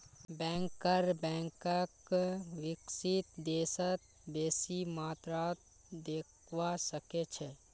banker बैंकक विकसित देशत बेसी मात्रात देखवा सके छै